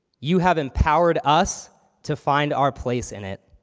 you have empowered us to find our place in it,